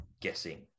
guessing